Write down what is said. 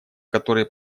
которые